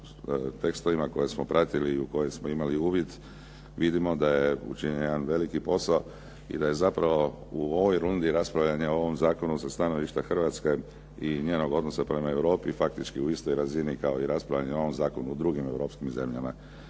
tekstovima koje smo pratili u koje smo imali uvid vidimo da je učinjen jedan veliki posao i da je zapravo u ovoj rundi raspravljanja o ovom zakonu sa stanovišta Hrvatske i njenog odnosa prema Europi faktički u istoj razini kao i raspravljanje o ovom zakonu u drugim europskim zemljama.